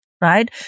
Right